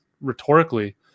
rhetorically